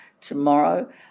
tomorrow